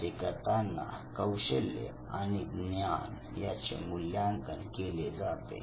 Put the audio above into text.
असे करतांना कौशल्य आणि ज्ञान याचे मूल्यांकन केले जाते